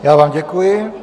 Já vám děkuji.